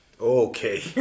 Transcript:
Okay